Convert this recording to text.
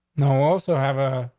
no, also have ah,